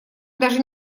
даже